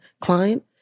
client